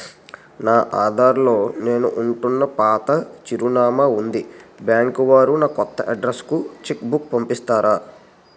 నా ఆధార్ లో నేను ఉంటున్న పాత చిరునామా వుంది బ్యాంకు వారు నా కొత్త అడ్రెస్ కు చెక్ బుక్ పంపిస్తారా?